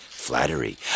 Flattery